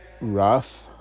rough